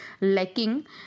lacking